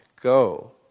Go